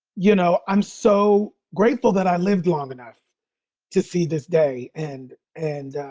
you know, i'm so grateful that i lived long enough to see this day and, and,